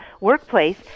workplace